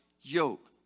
yoke